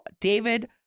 David